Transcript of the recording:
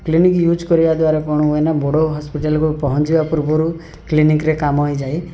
clinic use କରିବା ଦ୍ଵାରା କଣ ହୁଏନା ବଡ଼ ହସ୍ପିଟାଲ୍କୁ ପହଞ୍ଚିବା ପୂର୍ବରୁ କ୍ଲିନିକ୍ରେ କାମ ହୋଇଯାଏ